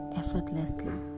effortlessly